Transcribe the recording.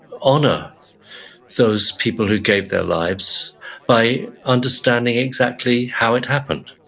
honor those people who gave their lives by understanding exactly how it happened.